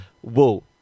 Whoa